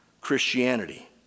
Christianity